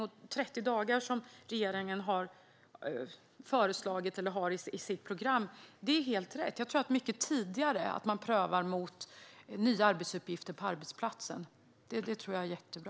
Det här med 30 dagar, som regeringen har i sitt program, är helt rätt. Jag tror att man ska pröva mycket tidigare mot nya arbetsuppgifter på arbetsplatsen. Det tror jag är jättebra.